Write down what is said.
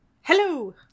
Hello